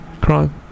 crime